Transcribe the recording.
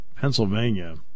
Pennsylvania